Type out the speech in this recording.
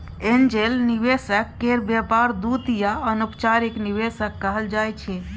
angel निवेशक केर व्यापार दूत या अनौपचारिक निवेशक कहल जाइ छै